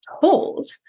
told